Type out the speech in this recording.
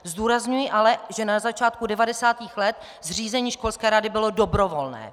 Zdůrazňuji ale, že na začátku devadesátých let zřízení školské rady bylo dobrovolné.